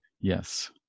Yes